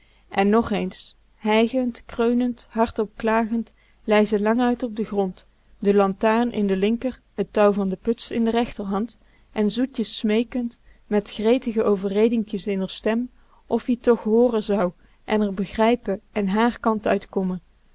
en nog eens hijgend kreunend hardop klagend lei ze languit op den grond de lantaarn in de linker t touw van de puts in de rechter hand en zoetjes smeekend met gretige overredinkjes in r stem of-ie toch hooren zou en r begrijpen en hààr kant uitkommen